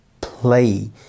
play